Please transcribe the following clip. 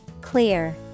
Clear